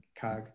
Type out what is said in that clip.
Cog